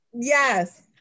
yes